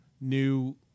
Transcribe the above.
New –